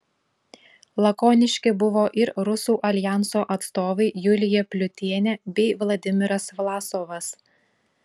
lakoniški buvo ir rusų aljanso atstovai julija pliutienė bei vladimiras vlasovas